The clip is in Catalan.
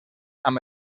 amb